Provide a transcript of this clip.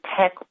tech